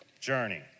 journey